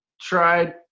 tried